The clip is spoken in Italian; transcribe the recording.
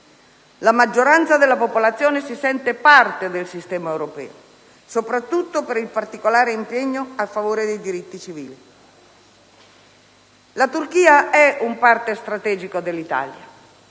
la maggioranza della popolazione si sente parte del sistema europeo, soprattutto per il particolare impegno a favore dei diritti civili. La Turchia è un *partner* strategico dell'Italia.